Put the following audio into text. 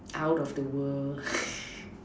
out of the world